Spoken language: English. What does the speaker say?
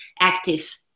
active